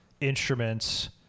instruments